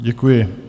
Děkuji.